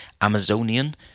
Amazonian